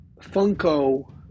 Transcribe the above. Funko